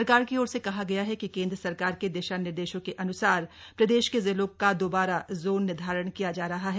सरकार की ओर से कहा गया है कि केंद्र सरकार के दिशा निर्देशों के अनुसार प्रदेश के जिलों का दोबारा जोन निर्धारण किया जा रहा है